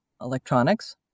electronics